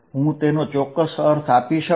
હું તેનો ચોક્કસ અર્થ આપી શકું